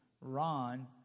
Ron